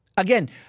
Again